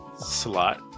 slot